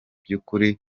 by’ukuri